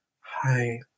Hi